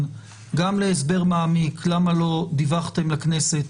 גם להסבר מעמיק למה לא דיווחתם לכנסת,